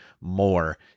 more